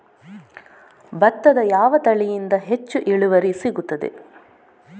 ಭತ್ತದ ಯಾವ ತಳಿಯಿಂದ ಹೆಚ್ಚು ಇಳುವರಿ ಸಿಗುತ್ತದೆ?